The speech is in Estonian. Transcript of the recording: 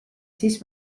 siis